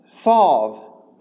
solve